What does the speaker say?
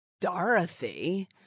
Dorothy